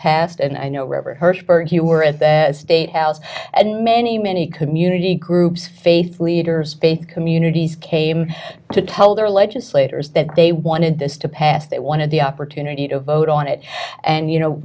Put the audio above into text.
passed and i know robert hertzberg you were at the state house and many many community groups faith leaders faith communities came to tell their legislators that they wanted this to pass they wanted the opportunity to vote on it and you know